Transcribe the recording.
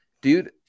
dude